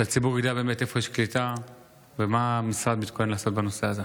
שהציבור ידע איפה יש קליטה ומה המשרד מתכונן לעשות בנושא הזה.